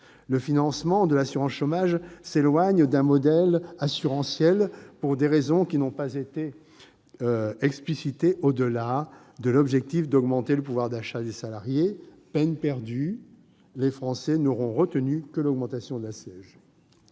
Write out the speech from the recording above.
le financement de l'assurance chômage s'éloigne d'un modèle assurantiel pour des raisons qui n'ont pas été explicitées au-delà de l'objectif d'augmenter le pouvoir d'achat des salariés. Peine perdue : les Français n'auront retenu que l'augmentation de la CSG